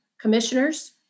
commissioners